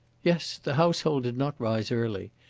yes. the household did not rise early.